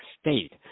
State